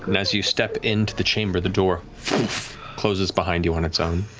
as you step into the chamber, the door closes behind you, on its own.